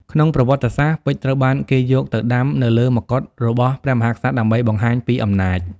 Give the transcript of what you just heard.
ក្នុងប្រវត្តិសាស្ត្រ ពេជ្រត្រូវបានគេយកទៅដាំនៅលើមកុដរបស់ព្រះមហាក្សត្រដើម្បីបង្ហាញពីអំណាច។